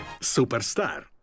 superstar